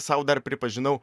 sau dar pripažinau